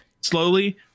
slowly